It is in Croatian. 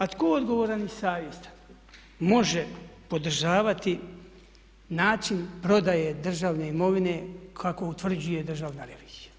A tko odgovoran i savjestan može podržavati način prodaje državne imovine kako utvrđuje državna revizija?